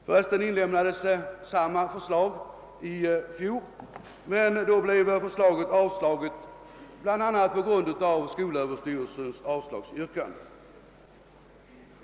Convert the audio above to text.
Jag kan påpeka att samma förslag framfördes motionsvägen i fjol men då blev avslaget bl.a. med hänvisning till skolöverstyrelsens avslagsyrkande.